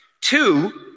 Two